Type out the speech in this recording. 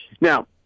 Now